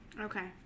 Okay